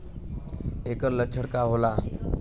ऐकर लक्षण का होला?